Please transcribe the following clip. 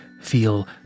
feel